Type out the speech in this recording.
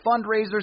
fundraisers